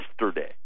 yesterday